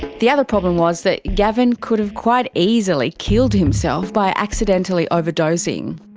the other problem was that gavin could have quite easily killed himself by accidentally overdosing.